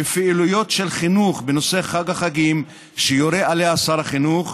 בפעילויות של חינוך בנושא חג החגים שיורה עליהן שר החינוך,